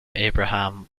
abraham